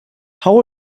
how